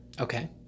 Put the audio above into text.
Okay